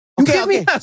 Okay